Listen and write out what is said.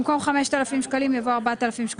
במקום "5,000 שקלים" יבוא "4,000 שקלים".